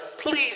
please